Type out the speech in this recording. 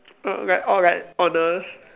err like or like honest